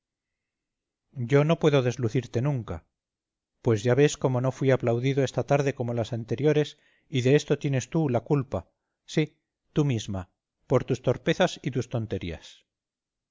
yo no puedo deslucirte nunca pues ya ves cómo no fui aplaudido esta tarde como las anteriores y de esto tienes tú la culpa sí tú misma por tus torpezas y tus tonterías